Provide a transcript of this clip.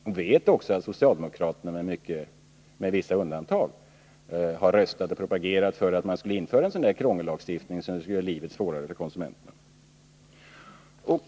Man vet också att socialdemokraterna — med vissa undantag — har propagerat och röstat för att det skulle införas en sådan här krångellagstiftning, som skulle göra livet svårare för konsumenterna.